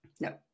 No